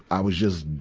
i was just,